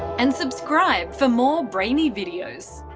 and subscribe for more brainy videos.